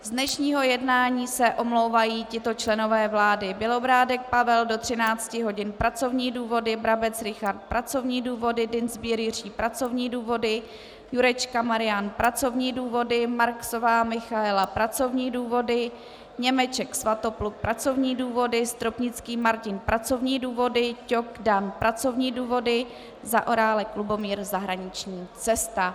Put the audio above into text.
Z dnešního jednání se omlouvají tito členové vlády: Bělobrádek Pavel do 13 hodin pracovní důvody, Brabec Richard pracovní důvody, Dienstbier Jiří pracovní důvody, Jurečka Marian pracovní důvody, Marksová Michaela pracovní důvody, Němeček Svatopluk pracovní důvody, Stropnický Martin pracovní důvody, Ťok Dan pracovní důvody, Zaorálek Lubomír zahraniční cesta.